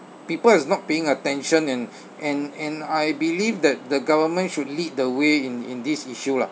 people is not paying attention and and and I believe that the government should lead the way in in this issue lah